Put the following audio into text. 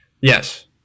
Yes